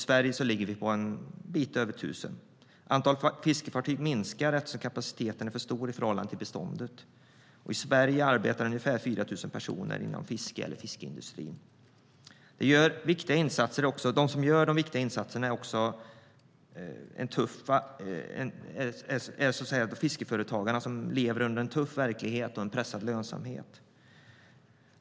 Sverige har drygt 1 000. Antalet fiskefartyg minskar, eftersom kapaciteten är för stor i förhållande till bestånden. I Sverige arbetar ca 4 000 personer inom fisket eller fiskeindustrin. De fiskeföretagare som gör de viktiga insatserna lever i en tuff verklighet med pressad lönsamhet.